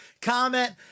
comment